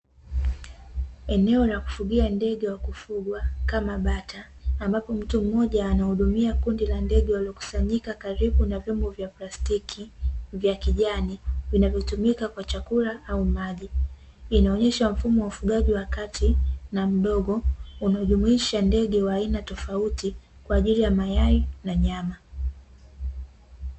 Eneo la kufugia ndege wa kufugwa kama bata, ambapo mtu mmoja anahudumia kundi la ndege waliokusanyika karibu na vyombo vya plastiki vya kijani, vinavyotumika kwa chakula au maji. Inaonyesha mfumo wa ufugaji wa kati na mdogo, unaojumuisha ndege wa aina tofauti kwa ajili ya mayai na nyama.